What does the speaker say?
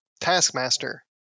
Taskmaster